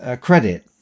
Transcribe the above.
credit